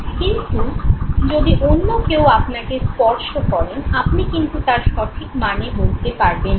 কিন্তু যদি অন্য কেউ আপনাকে স্পর্শ করেন আপনি কিন্তু তার সঠিক মানে বলতে পারবেন না